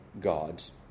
god's